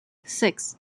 six